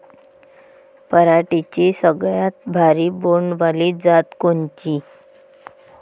पराटीची सगळ्यात भारी बोंड वाली जात कोनची?